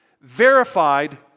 verified